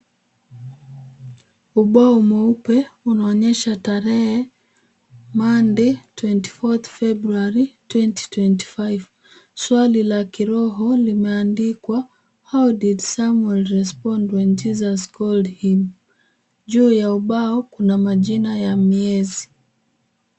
Ubao mweupe unaonyesha tarehe Monday 24th February 2025 ,swali la kiroho limeandikwa how did Samuel respond when Jesus called him ,juu ya ubao kuna majina ya miezi.